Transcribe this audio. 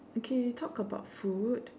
okay you talk about food